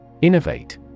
Innovate